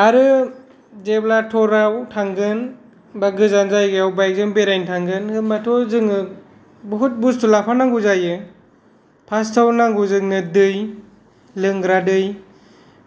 आरो जेब्ला ट'राव थांगोन बा गोजान जायगायाव बाइक जों बेरायनो थांगोन होमबाथ' जोङो बहुथ बुस्थु लाफानांगौ जायो फार्स्ट आव नांगौ जोंनो दै लोंग्रा दै